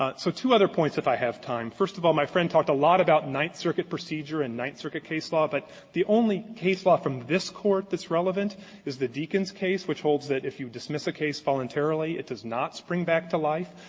ah so two other points, if i have time. first of all, my friend talked a lot about ninth circuit procedure and ninth circuit case law. but the only case law from this court that's relevant is the deakins case, which holds that if you dismiss a case voluntarily, it does not spring back to life,